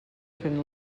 fent